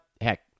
heck